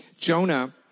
Jonah